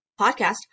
podcast